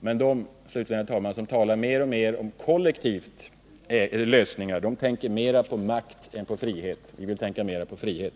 Men, herr talman, de som hela tiden talar om kollektiva lösningar tänker mera på makt än på frihet. Vi vill tänka mera på frihet.